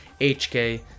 HK